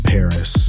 Paris